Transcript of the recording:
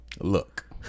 look